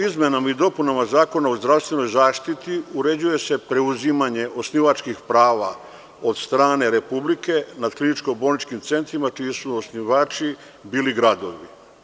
Izmenama i dopunama Zakona o zdravstvenoj zaštiti uređuje se preuzimanje osnivačkih prava od strane republike nad kliničko bolničkim centrima čiji su osnivači bili gradovi.